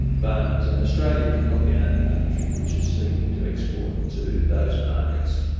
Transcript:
but australia is not the only country which is seeking to export to those markets.